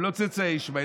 הם לא צאצאי ישמעאל.